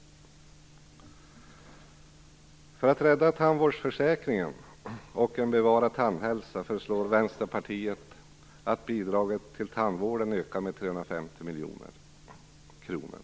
För att rädda tandvårdsförsäkringen och för att bevara tandhälsan föreslår Vänsterpartiet att bidraget till tandvården ökar med 350 miljoner kronor.